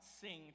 sing